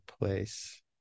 place